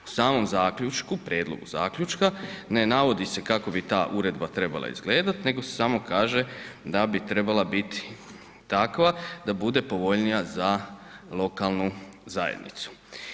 U samom zaključku, prijedlogu zaključka, ne navodi se kako bi ta uredba trebala izgledat, nego samo kaže da bi trebala biti takva da bude povoljnija za lokalnu zajednicu.